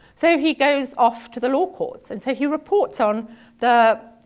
so he goes off to the law courts and so he reports on the